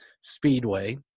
Speedway